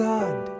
God